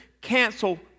cancel